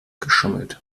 geschummelt